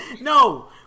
No